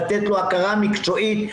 לתת לו הכרה מקצועית,